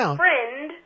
friend